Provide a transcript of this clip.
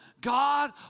God